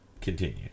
Continue